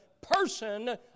person